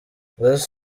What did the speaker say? west